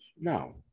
No